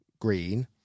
green